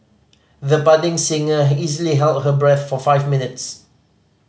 the budding singer easily held her breath for five minutes